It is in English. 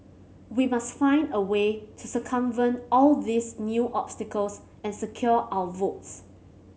we must find a way to circumvent all these new obstacles and secure our votes